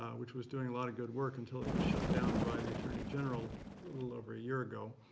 ah which was doing a lot of good work until it was shut down by the attorney general a little over a year ago.